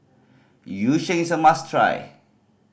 Yu Sheng is a must try